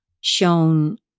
shown